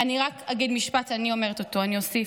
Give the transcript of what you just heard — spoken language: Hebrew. אני רק אגיד משפט, אני אומרת אותו, אני אוסיף.